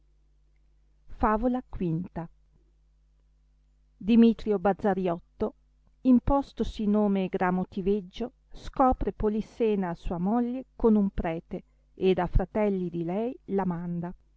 favola v dlmitrio bazzariotto impostosi nome gramotiveggio scopre polissena sua moglie con un prete ed a fratelli di lei la manda